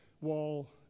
wall